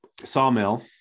sawmill